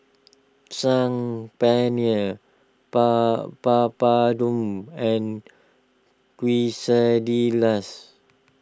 Saag Paneer ba Papadum and Quesadillas